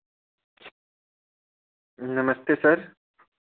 नमस्ते सर